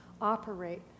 operate